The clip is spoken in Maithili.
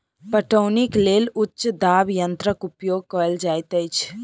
पटौनीक लेल उच्च दाब यंत्रक उपयोग कयल जाइत अछि